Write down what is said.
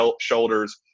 shoulders